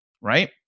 right